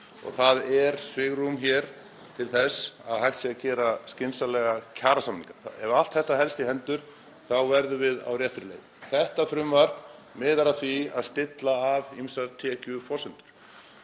Það er svigrúm hér til þess að hægt sé að gera skynsamlega kjarasamninga. Ef allt þetta helst í hendur þá verðum við á réttri leið. Þetta frumvarp miðar að því að stilla af ýmsar tekjuforsendur.